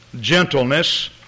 gentleness